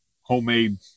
homemade